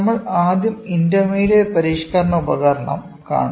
നമ്മൾ ആദ്യം ഇന്റർമീഡിയറ്റ് പരിഷ്ക്കരണ ഉപകരണം കാണും